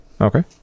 Okay